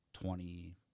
Twenty